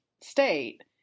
state